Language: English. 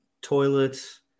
toilets